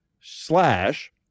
slash